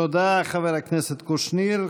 תודה, חבר הכנסת קושניר.